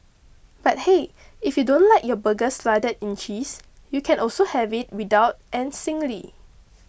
but hey if you don't like your burgers flooded in cheese you can also have it without and singly